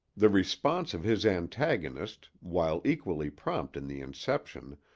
the response of his antagonist, while equally prompt in the inception,